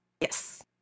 Yes